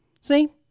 See